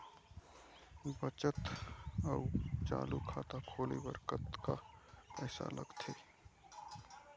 बचत अऊ चालू खाता खोले बर कतका पैसा लगथे?